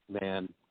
Man